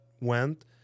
went